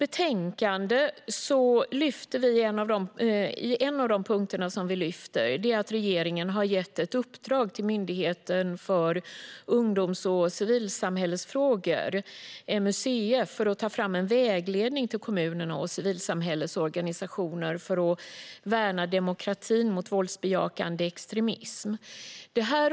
En av de punkter vi lyfter fram i betänkandet är att regeringen har gett ett uppdrag till Myndigheten för ungdoms och civilsamhällesfrågor, MUCF, för att ta fram en vägledning till kommunerna och civilsamhällets organisationer för att värna demokratin mot våldsbejakande extremism.